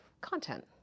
content